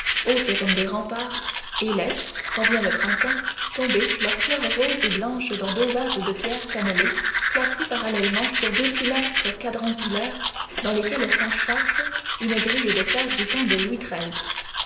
hautes comme des remparts et laissent quand vient le printemps tomber leurs fleurs roses et blanches dans deux vases de pierre cannelée placés parallèlement sur deux pilastres quadrangulaires dans lesquels s'enchâsse une grille de fer du temps de louis